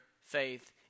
faith